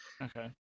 Okay